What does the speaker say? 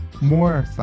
more